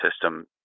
system